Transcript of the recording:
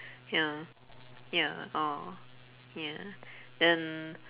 ya ya !aww! ya then